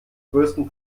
größten